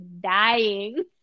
dying